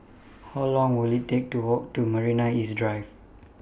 How Long Will IT Take to Walk to Marina East Drive